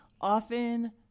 often